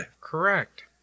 Correct